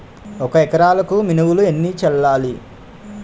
ఒక ఎకరాలకు మినువులు ఎన్ని చల్లాలి?